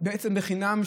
בעצם לחינם,